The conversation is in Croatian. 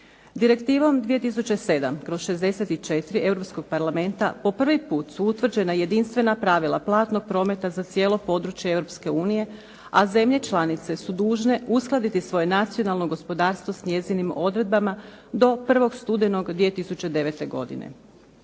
Direktivom 2007/64 Europskog parlamenta po prvi put su utvrđena jedinstvena pravila platnog prometa za cijelo područje Europske unije a zemlje članice su dužne uskladiti svoje nacionalno gospodarstvo s njezinim odredbama do 1. studenog 2009. godine.